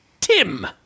Tim